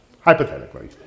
Hypothetically